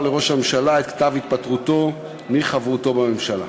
לראש הממשלה את כתב התפטרותו מחברותו בממשלה.